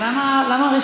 למה?